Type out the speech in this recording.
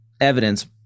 evidence